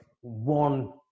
One